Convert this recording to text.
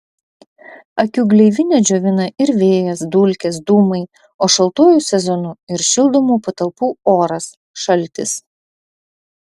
akių gleivinę džiovina ir vėjas dulkės dūmai o šaltuoju sezonu ir šildomų patalpų oras šaltis